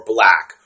Black